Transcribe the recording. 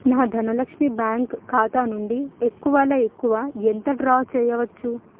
నా ధనలక్ష్మి బ్యాంక్ ఖాతా నుండి ఎక్కువలో ఎక్కువ ఎంత డ్రా చేయవచ్చు